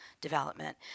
development